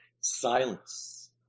silence